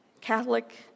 Catholic